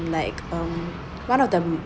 like um one of the